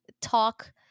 talk